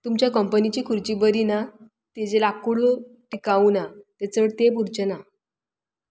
तुमच्या कंपनीची खुर्ची बरी ना तिजें लाकूड टिकावू ना तें चड तेप उरचें ना